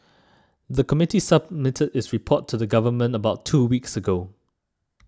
the committee submitted its report to the Government about two weeks ago